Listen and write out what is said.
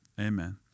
amen